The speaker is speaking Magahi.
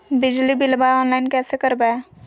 बिजली बिलाबा ऑनलाइन कैसे करबै?